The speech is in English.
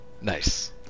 Nice